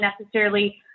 necessarily-